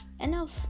enough